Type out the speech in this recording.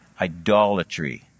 idolatry